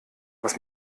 was